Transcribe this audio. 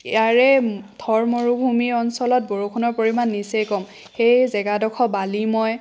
ইয়াৰে থৰ মৰুভুমি অঞ্চলত বৰষুণৰ পৰিমাণ নিচেই কম সেয়ে জেগাডোখৰ বালিময়